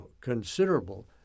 considerable